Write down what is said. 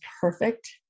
perfect